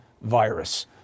virus